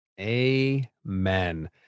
Amen